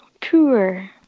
poor